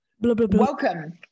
Welcome